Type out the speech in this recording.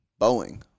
Boeing